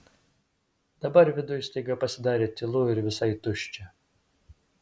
dabar viduj staiga pasidarė tylu ir visai tuščia